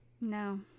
No